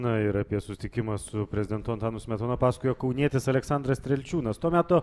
na ir apie susitikimą su prezidentu antanu smetona pasakojo kaunietis aleksandras strielčiūnas to meto